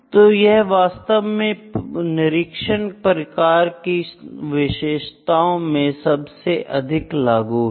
तो यह वास्तव में निरीक्षण प्रकार की विशेषताओं में सबसे अधिक लागू है